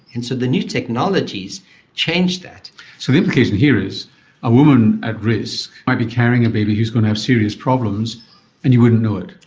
and so the new technologies change that. so the implication here is a woman at risk might be carrying a baby who's going to have serious problems and you wouldn't know it.